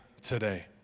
today